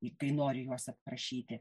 kai noriu juos aprašyti